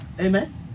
Amen